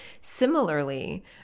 similarly